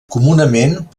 comunament